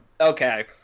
Okay